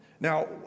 Now